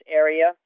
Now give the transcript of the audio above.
area